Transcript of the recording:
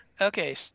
Okay